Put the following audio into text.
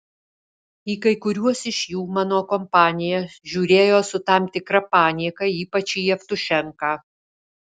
į kai kuriuos iš jų mano kompanija žiūrėjo su tam tikra panieka ypač į jevtušenką